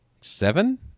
seven